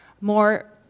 more